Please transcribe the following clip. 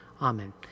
Amen